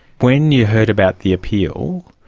when you heard about the appeal,